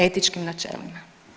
Etičkim načelima.